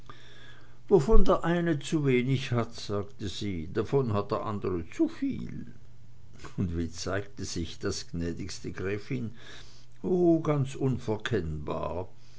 wovon der eine zuwenig hat sagte sie davon hat der andre zuviel und wie zeigte sich das gnädigste gräfin oh ganz unverkennbar